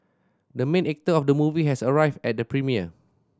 the main actor of the movie has arrived at the premiere